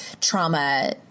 trauma